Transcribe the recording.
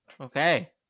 Okay